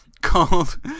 called